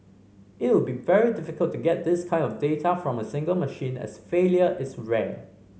it would be very difficult to get this kind of data from a single machine as failure is rare